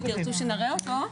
אם תרצו שנראה אותו...